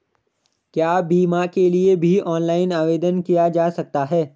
क्या बीमा के लिए भी ऑनलाइन आवेदन किया जा सकता है?